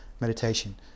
meditation